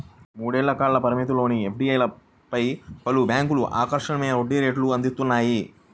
మూడేళ్ల కాల పరిమితిలోని ఎఫ్డీలపై పలు బ్యాంక్లు ఆకర్షణీయ వడ్డీ రేటును అందిస్తున్నాయి